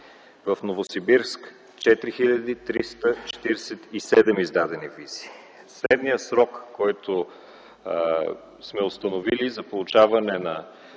в Новосибирск – 4 347 издадени визи. Средният срок, който сме установили за получаване на